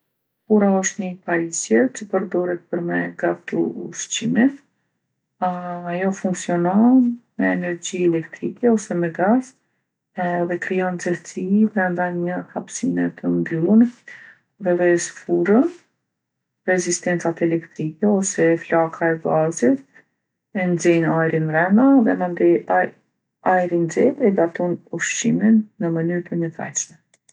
Furra osht ni pajisje që përdoret për me e gatu ushqimin. Ajo funksionon me energji elektrike ose me gas edhe krijon nxehtsi brenda një hapsine t'mbyllun. E dhezë furrën, rezistencat elektrike ose flaka e gazit e nxejnë ajrin mrena dhe mandej aj ajri i nxehtë e gatun ushqimin në mënyrë të njëtrajtshme.